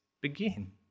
begin